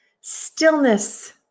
stillness